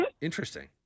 Interesting